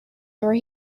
over